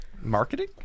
marketing